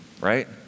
right